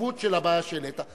בחשיבות של הבעיה שהעלית.